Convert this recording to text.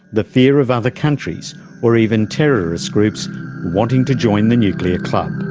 the fear of other countries or even terrorist groups wanting to join the nuclear club.